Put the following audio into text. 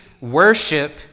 worship